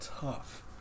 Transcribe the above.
tough